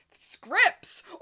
scripts